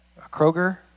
Kroger